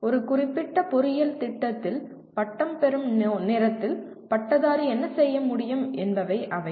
ஒரு குறிப்பிட்ட பொறியியல் திட்டத்தில் பட்டம் பெறும் நேரத்தில் பட்டதாரி என்ன செய்ய முடியும் என்பவை அவை